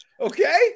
okay